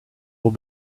will